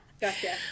gotcha